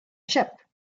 ship